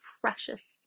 precious